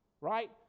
right